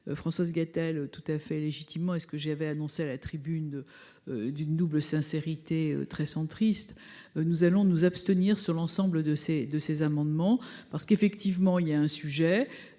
Françoise Gatel tout à fait légitimement et ce que j'avais annoncé à la tribune d'une double sincérité très centriste, nous allons nous abstenir sur l'ensemble de ces, de ces amendements parce qu'effectivement il y a un sujet,